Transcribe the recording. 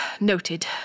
noted